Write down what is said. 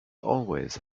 always